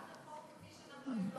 אנחנו בעד החוק כפי שאנחנו העברנו אותו.